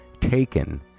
Taken